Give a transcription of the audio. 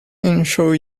enjoy